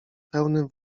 pełnym